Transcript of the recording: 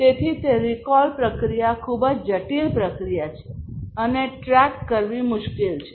તેથી તે રિકોલ પ્રક્રિયા ખૂબ જ જટિલ પ્રક્રિયા છે અને ટ્રેક કરવી મુશ્કેલ છે